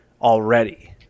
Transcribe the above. already